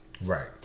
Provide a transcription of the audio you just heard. Right